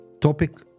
topic